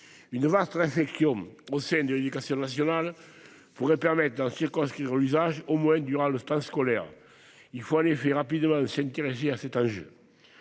Une vaste réflexion menée au sein de l'éducation nationale pourrait permettre d'en circonscrire l'usage, au moins durant le temps scolaire. Il faut en tout cas rapidement s'intéresser à cet enjeu.